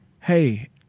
Hey